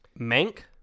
Mank